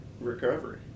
recovery